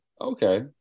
Okay